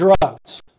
drugs